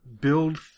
build